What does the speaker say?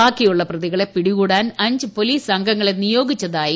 ബാക്കിയുള്ള പ്രതികളെ പിടികൂടാൻ അഞ്ച് പൊലീസ് സംഘങ്ങളെ നിയോഗിച്ചതായി എസ്